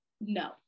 No